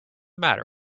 matter